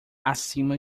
acima